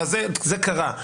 אם כן, זה קרה.